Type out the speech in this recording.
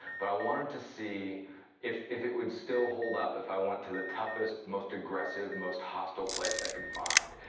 but i wanted to see if if it would still hold up if i went to the toughest, most aggressive, most hostile place i could find.